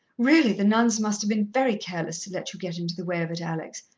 really, the nuns must have been very careless to let you get into the way of it, alex.